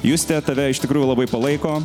juste tave iš tikrųjų labai palaiko